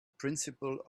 principle